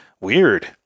weird